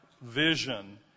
vision